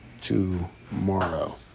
tomorrow